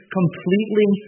completely